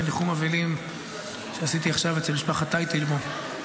ניחום אבלים שעשיתי עכשיו אצל משפחת טייטלבוים,